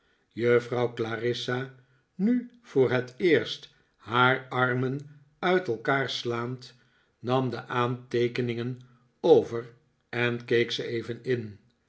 juffrouw clarissa nu voor het eerst haar armen uit elkaar slaand nam de aanteekeningen over en keek ze even in